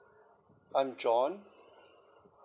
I'm john